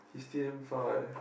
he stay damn far eh